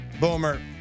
Boomer